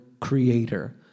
creator